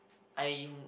I'm